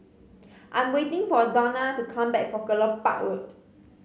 I'm waiting for Dawna to come back from Kelopak Road